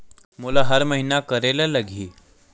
मोला हर महीना करे ल लगही?